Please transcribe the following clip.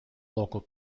local